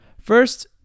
First